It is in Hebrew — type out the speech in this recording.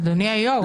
אדוני היו"ר,